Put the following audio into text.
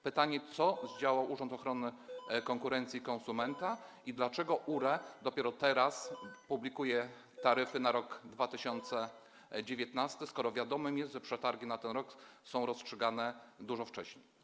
Pytanie: Co zdziałał Urząd Ochrony Konkurencji i Konsumentów i dlaczego URE dopiero teraz publikuje taryfy na rok 2019, skoro wiadomo, że przetargi na ten rok są rozstrzygane dużo wcześniej?